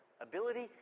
ability